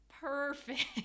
perfect